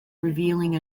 revealing